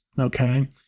Okay